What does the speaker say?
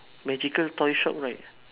magical toy shop right